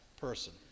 person